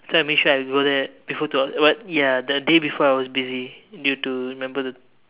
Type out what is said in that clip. so I make sure I go there before two hours but ya the day before I was busy due to remember the